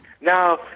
Now